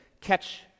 catch